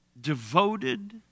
devoted